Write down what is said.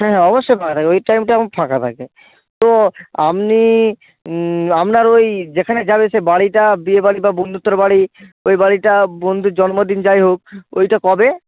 হ্যাঁ অবশ্যই ফাঁকা থাকবে ওই টাইমটা আমার ফাঁকা থাকে তো আপনি আপনার ওই যেখানে যাবে সেই বাড়িটা বিয়েবাড়ি বা বন্ধুত্বর বাড়ি ওই বাড়িটা বন্ধুর জন্মদিন যাই হোক ওইটা কবে